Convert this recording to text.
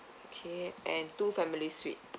okay and two family suite